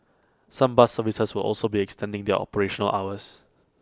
some bus services will also be extending their operational hours